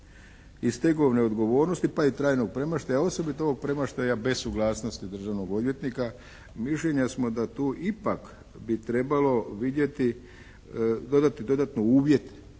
i stegovne odgovornosti pa i trajnog premještaja osobito ovog premještaja bez suglasnosti državnog odvjetnika. Mišljenja smo da tu ipak bi trebalo vidjeti, dodati dodatno uvjete